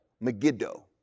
Megiddo